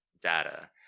data